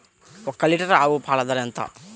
ఒక్క లీటర్ ఆవు పాల ధర ఎంత?